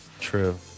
True